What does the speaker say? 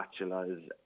spatulas